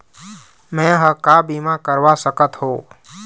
मैं हर का बीमा करवा सकत हो?